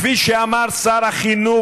כפי שאמר שר החינוך,